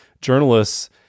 journalists